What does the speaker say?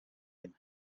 him